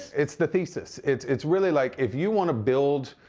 it's the thesis. it's it's really like if you want to build,